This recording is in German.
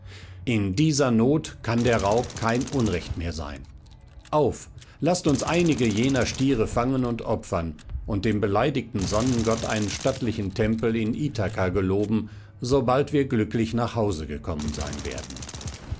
in dieser not kann der raub kein unrecht mehr sein auf laßt uns einige jener stiere fangen und opfern und dem beleidigten sonnengott einen stattlichen tempel in ithaka geloben sobald wir glücklich nach hause gekommen sein werden